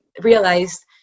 realized